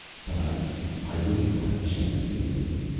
but i i waive my chance at immunity!